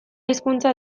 hizkuntza